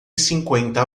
cinquenta